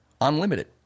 unlimited